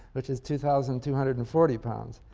which is two thousand two hundred and forty pounds